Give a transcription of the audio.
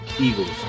Eagles